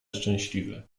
szczęśliwy